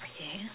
okay